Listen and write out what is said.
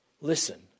Listen